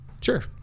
sure